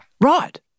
Right